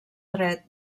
dret